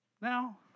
Now